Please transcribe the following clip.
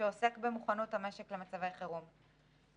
שעוסק במוכנות המשק למצבי חירום.